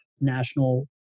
national